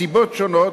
מסיבות שונות,